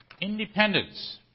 Independence